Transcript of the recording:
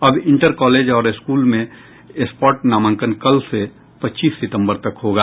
अब inter college और school में स्पॉट नामाकंन कल से पच्चीस सितंबर तक होगा